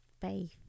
faith